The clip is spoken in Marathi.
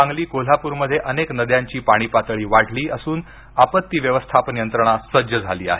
सांगली कोल्हापूर मध्ये अनेक नद्यांची पाणी पातळी वाढली असून आपत्ती व्यवस्थापन यंत्रणा सज्ज झाली आहे